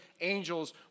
angels